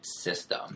system